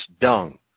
dung